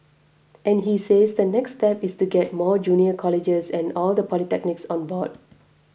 and he says the next step is to get more junior colleges and all the polytechnics on board